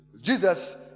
Jesus